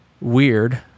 weird